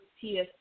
Tia